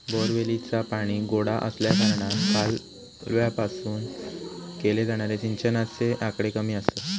बोअरवेलीचा पाणी गोडा आसल्याकारणान कालव्यातसून केले जाणारे सिंचनाचे आकडे कमी आसत